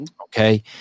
Okay